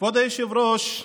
כבוד היושב-ראש,